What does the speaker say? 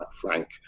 frank